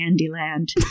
Candyland